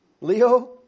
Leo